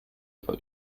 war